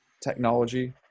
technology